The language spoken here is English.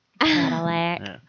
Cadillac